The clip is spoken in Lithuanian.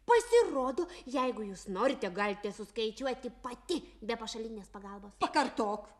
pasirodo jeigu jūs norite galite suskaičiuoti pati be pašalinės pagalbos pakartok